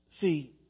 See